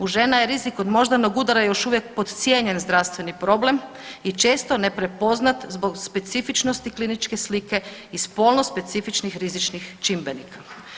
U žena je rizik od moždanog udara još uvijek podcijenjen zdravstveni problem i često neprepoznat zbog specifičnosti kliničke slike i spolno specifičnih rizičnih čimbenika.